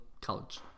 college